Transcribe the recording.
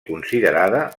considerada